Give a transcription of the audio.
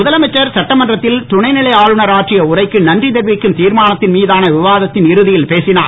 முதலமைச்சர் சட்டமன்றத்தில் துணைநிலை ஆளுநர் ஆற்றிய உரைக்கு நன்றி தெரிவிக்கும் தீர்மானத்தின் மீதான விவாதத்தின் இறுதியில் பேசினார்